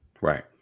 Right